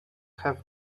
have